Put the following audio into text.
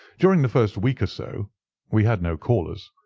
during the first week or so we had no callers,